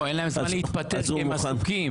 לא, אין להם זמן להתפטר כי הם עסוקים.